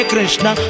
Krishna